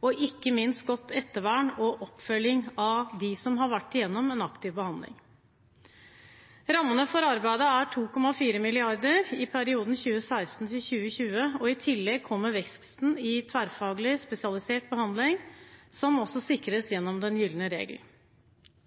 og ikke minst godt ettervern og oppfølging av dem som har vært gjennom en aktiv behandling. Rammene for arbeidet er 2,4 mrd. kr i perioden 2016–2020. I tillegg kommer veksten i tverrfaglig spesialisert behandling, som også sikres